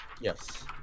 Yes